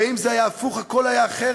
הרי אם זה היה הפוך, הכול היה אחרת.